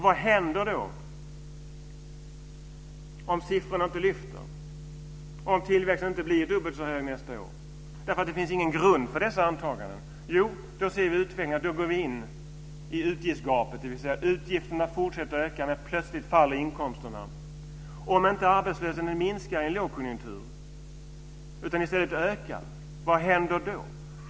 Vad händer om siffrorna inte lyfter, så att tillväxten inte blir dubbelt så hög nästa år, eftersom det inte finns någon grund för sådana antaganden? Jo, då går vi in i utgiftsgapet, dvs. utgifterna fortsätter att öka medan inkomsterna plötsligt faller. Om arbetslösheten inte minskar i en lågkonjunktur utan i stället ökar, vad händer då?